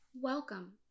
Welcome